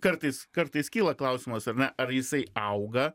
kartais kartais kyla klausimas ar ne ar jisai auga